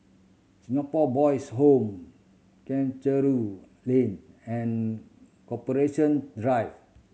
Singapore Boys' Home Chencharu Lane and Corporation Drive